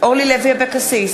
אורלי לוי אבקסיס,